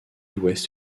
ouest